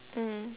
mm